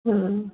हा